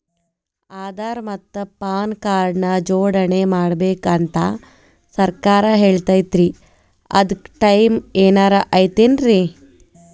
ಆಧಾರ ಮತ್ತ PAN card ನ ಜೋಡಣೆ ಮಾಡ್ಬೇಕು ಅಂತಾ ಸರ್ಕಾರ ಹೇಳೈತ್ರಿ ಅದ್ಕ ಟೈಮ್ ಏನಾರ ಐತೇನ್ರೇ?